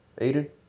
Aiden